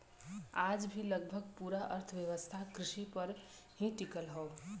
आज भी लगभग पूरा अर्थव्यवस्था कृषि पर ही टिकल हव